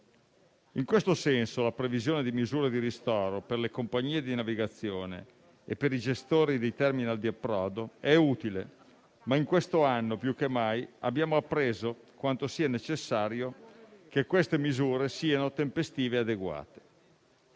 In questo senso, la previsione di misure di ristoro per le compagnie di navigazione e i gestori dei *terminal* di approdo è utile, ma - in questo anno più che mai - abbiamo appreso quanto sia necessario che queste misure siano tempestive e adeguate.